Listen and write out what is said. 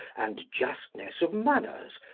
and justness of manners,